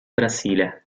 brasile